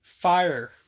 Fire